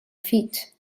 feet